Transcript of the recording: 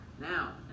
Now